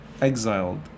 exiled